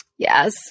Yes